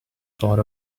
sort